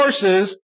forces